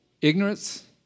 Ignorance